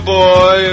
boy